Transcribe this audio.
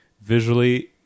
visually